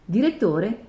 Direttore